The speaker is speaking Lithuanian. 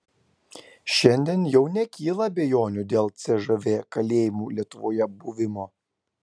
šiandien jau nekyla abejonių dėl cžv kalėjimų lietuvoje buvimo